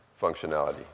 functionality